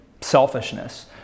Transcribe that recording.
selfishness